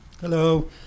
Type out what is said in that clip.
Hello